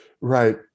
right